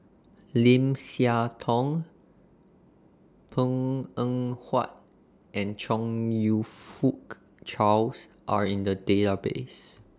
Lim Siah Tong Png Eng Huat and Chong YOU Fook Charles Are in The Database